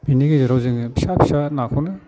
बिनि गेजेराव जोङो फिसा फिसा नाखौनो